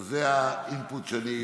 אז זה ה-input שאני